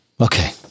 Okay